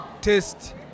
test